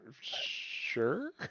Sure